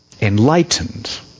Enlightened